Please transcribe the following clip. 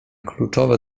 kluczowe